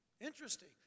interesting